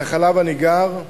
החלב הניגר,